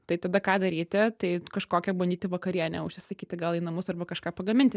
tai tada ką daryti tai kažkokią bandyti vakarienę užsisakyti gal į namus arba kažką pagaminti